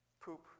Poop